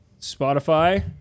Spotify